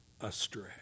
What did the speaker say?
astray